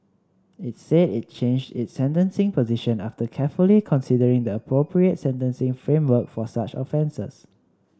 it said it changed its sentencing position after carefully considering the appropriate sentencing framework for such offences